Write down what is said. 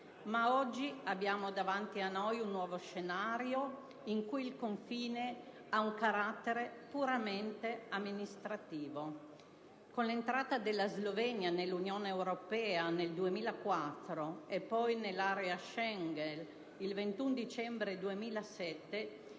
Ma oggi abbiamo davanti a noi un nuovo scenario, in cui il confine ha un carattere puramente amministrativo: con l'entrata della Slovenia, nell'Unione europea il 1° maggio 2004, e poi nell'area Schengen il 21 dicembre 2007,